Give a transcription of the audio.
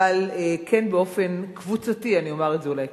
אבל כן באופן קבוצתי, אני אומר את זה אולי כך.